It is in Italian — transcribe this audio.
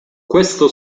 questo